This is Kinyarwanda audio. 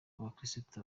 bakirisitu